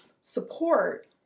support